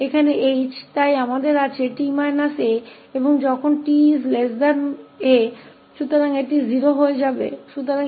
यहाँ तो हमारे पास 𝑓𝑡 − 𝑎 है और जब 𝑡 𝑎 तो यह 0 हो जाएगा